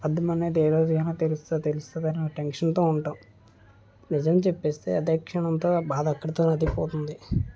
అబద్ధం అనేది ఏ రోజైనా తెలుస్తుంది తెలుస్తుంది అన్నా టెన్షన్తో ఉంటాం నిజం చెప్పేస్తే అదే క్షణంతో ఆ బాధ అక్కడితో వదిలిపోతుంది